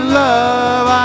love